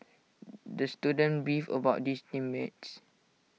the student beefed about his team mates